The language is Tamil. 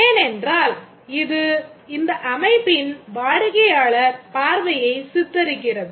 ஏனென்றால் இது இந்த அமைப்பின் வாடிக்கையாளர் பார்வையை சித்தரிக்கிறது